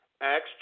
Acts